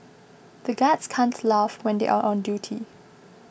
the guards can't laugh when they are on duty